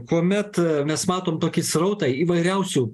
kuomet mes matom tokį srautą įvairiausių